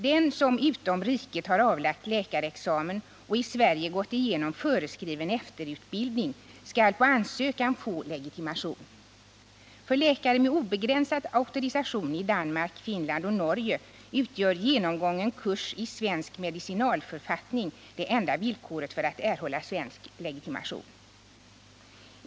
Den som utom riket har avlagt läkarexamen och i Sverige gått igenom föreskriven efterutbildning skall på ansökan få legitimation. För läkare med obegränsad auktorisation i Danmark, Finland och Norge utgör genomgången kurs i svenska medicinalförfattningar det enda villkoret för att erhålla svensk legitimation.